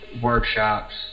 workshops